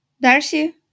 Darcy